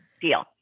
deal